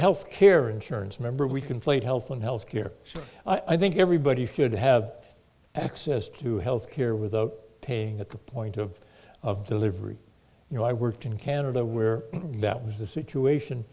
health care insurance member we conflate health and health care i think everybody should have access to health care without paying at the point of of delivery you know i worked in canada where that was the situation